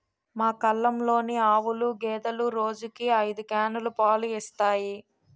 మా కల్లంలోని ఆవులు, గేదెలు రోజుకి ఐదు క్యానులు పాలు ఇస్తాయి